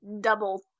double